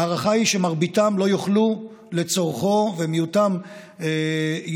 ההערכה היא שמרביתם לא יוכלו לצרוך אותו ומיעוטם ישלמו